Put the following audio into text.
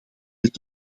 met